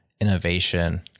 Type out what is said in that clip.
innovation